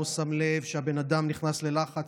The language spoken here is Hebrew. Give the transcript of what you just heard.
לא שם לב שהבן אדם נכנס ללחץ,